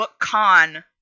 BookCon